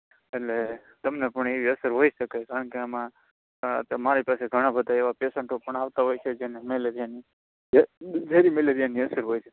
એટલે તમને પણ એવી અસર હોય શકે કારણ કે આમાં મારી પાસે ઘણાં બધાં એવાં પેશન્ટો પણ આવતાં હોય છે જેને મૅલેરિયાની ઝે ઝેરી મૅલેરિયાની અસર હોય છે